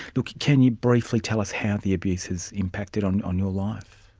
look, can you briefly tell us how the abuse has impacted on on your life?